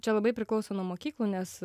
čia labai priklauso nuo mokyklų nes